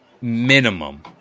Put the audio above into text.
minimum